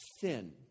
sin